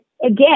Again